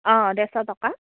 অঁ ডেৰশ টকা